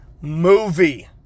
movie